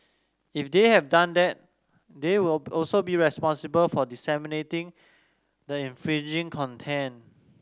if they have done that they will also be responsible for disseminating the infringing content